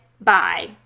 bye